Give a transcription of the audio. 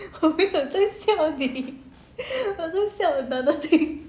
我没有在笑你我在笑 another thing